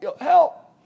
help